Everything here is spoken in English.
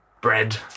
Bread